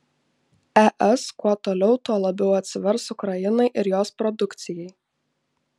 es kuo toliau tuo labiau atsivers ukrainai ir jos produkcijai